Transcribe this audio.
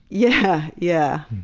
yeah, yeah.